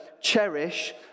cherish